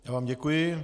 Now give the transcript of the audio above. Já vám děkuji.